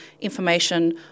information